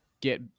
get